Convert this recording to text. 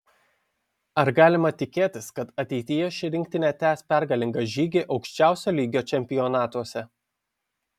ar galime tikėtis kad ateityje ši rinktinė tęs pergalingą žygį aukščiausio lygio čempionatuose